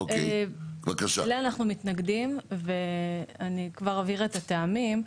אליה אנחנו מתנגדים, ואני כבר אבהיר את הטעמים.